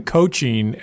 coaching